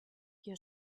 your